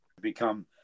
become